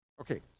okay